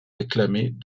réclamés